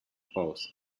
post